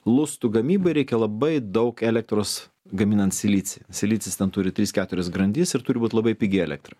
lustų gamybai reikia labai daug elektros gaminant silicį silicis ten turi tris keturias grandis ir turi būt labai pigi elektra